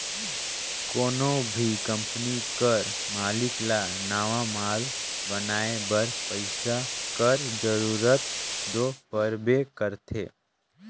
कोनो भी कंपनी कर मालिक ल नावा माल बनाए बर पइसा कर जरूरत दो परबे करथे